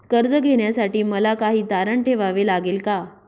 कर्ज घेण्यासाठी मला काही तारण ठेवावे लागेल का?